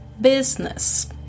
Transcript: business